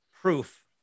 proof